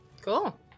Cool